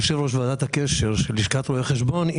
יושב-ראש ועדת הקשר של לשכת רואי החשבון.